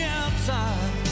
outside